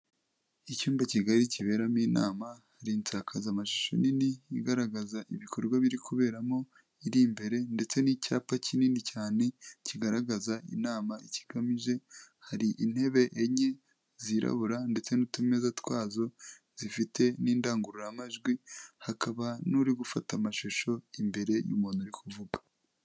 Icyumba kigali kiberamo inama hari amashusho nini igaragaza ibikorwa biri kuberamo iri imbere ndetse n'icyapa kinini cyane kigaragaza inama ikigamije, hari intebe enye zirabura ndetse n'utumeza twazo zifite n'indangururamajwi, hakaba n'uri gufata amashusho imbere y'umuntu uri kuvugwa.